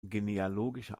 genealogische